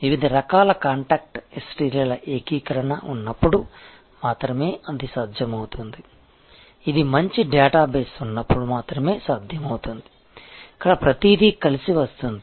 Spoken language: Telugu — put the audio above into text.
వివిధ రకాల కాంటాక్ట్ హిస్టరీల ఏకీకరణ ఉన్నప్పుడు మాత్రమే అది సాధ్యమవుతుంది ఇది మంచి డేటాబేస్ ఉన్నప్పుడు మాత్రమే సాధ్యమవుతుంది ఇక్కడ ప్రతిదీ కలిసి వస్తుంది